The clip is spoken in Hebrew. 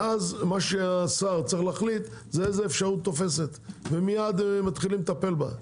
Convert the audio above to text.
ואז מה שהשר צריך להחליט זה איזו אפשרות תופסת ואז מייד מטפלים בה.